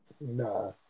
Nah